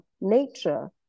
nature